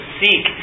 seek